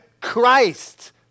Christ